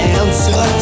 answer